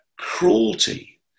cruelty